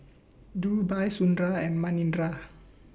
Dhirubhai Sundar and Manindra